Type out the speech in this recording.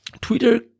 Twitter